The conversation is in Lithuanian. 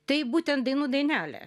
tai būtent dainų dainelė